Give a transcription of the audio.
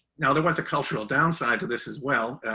now there was a cultural downside to this as well,